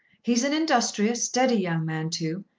he's an industrious steady young man too,